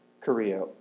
Korea